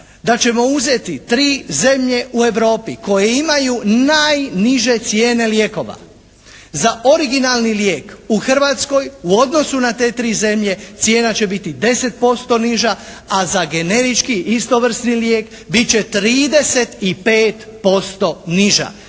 da ćemo uzeti 3 zemlje u Europi koje imaju najniže cijene lijekova. Za originalni lijek u Hrvatskoj u odnosu na te 3 zemlje cijena će biti 10% niža, a za generički istovrsni lijek bit će 35% niža.